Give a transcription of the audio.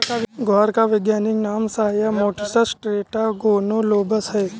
ग्वार का वैज्ञानिक नाम साया मोटिसस टेट्रागोनोलोबस है